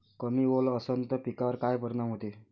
कमी ओल असनं त पिकावर काय परिनाम होते?